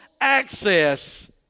access